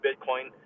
Bitcoin